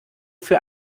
für